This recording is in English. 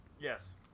Yes